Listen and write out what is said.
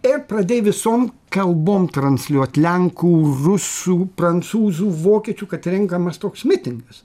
ir pradėj visom kalbom transliuot lenkų rusų prancūzų vokiečių kad rinkamas toks mitingas